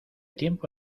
tiempo